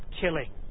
killing